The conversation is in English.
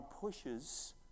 pushes